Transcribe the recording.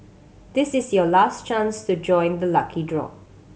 this is your last chance to join the lucky draw